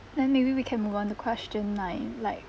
then maybe we can move on to question nine like